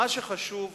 מה שחשוב,